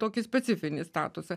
tokį specifinį statusą